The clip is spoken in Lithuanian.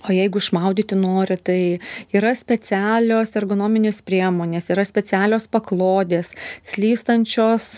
o jeigu išmaudyti nori tai yra specialios ergonominės priemonės yra specialios paklodės slystančios